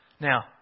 Now